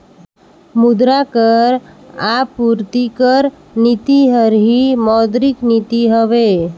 मुद्रा कर आपूरति कर नीति हर ही मौद्रिक नीति हवे